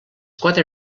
quatre